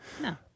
No